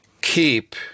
keep